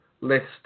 list